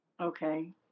Okay